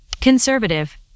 conservative